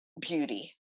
beauty